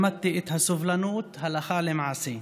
למדתי את הסובלנות הלכה למעשה.